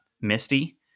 Misty